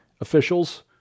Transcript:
officials